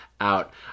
out